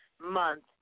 month